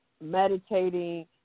meditating